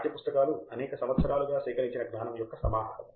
పాఠ్యపుస్తకాలు అనేక సంవత్సరాలుగా సేకరించిన జ్ఞానం యొక్క సమాహారము